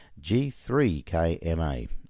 G3KMA